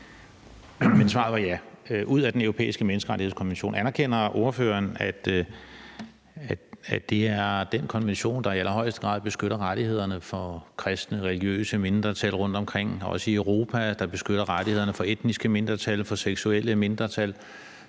altså at man vil ud af den europæiske menneskerettighedskonvention. Anerkender ordføreren, at det er den konvention, der i allerhøjeste grad beskytter rettighederne for kristne religiøse mindretal rundtomkring, også i Europa, der beskytter rettighederne for etniske mindretal, for seksuelle mindretal,